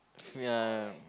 ya